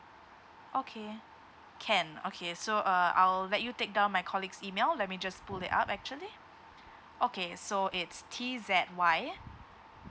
okay can okay so uh I'll let you take down my colleagues email let me just pull it out actually okay so it's T Z Y